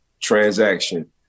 transaction